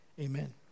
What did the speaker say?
amen